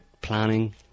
planning